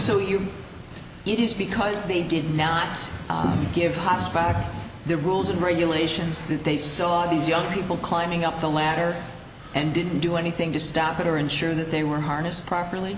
so you it is because they did not give hotspot the rules and regulations that they saw these young people climbing up the ladder and didn't do anything to stop it or ensure that they were harnessed properly